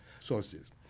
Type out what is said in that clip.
sources